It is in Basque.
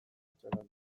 itxaron